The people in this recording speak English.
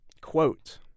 quote